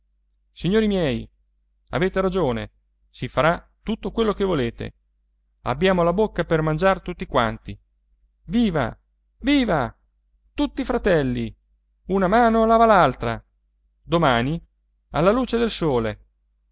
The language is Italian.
signori miei avete ragione si farà tutto quello che volete abbiamo la bocca per mangiare tutti quanti viva viva tutti fratelli una mano lava l'altra domani alla luce del sole